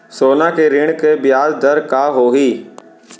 सोना के ऋण के ब्याज दर का होही?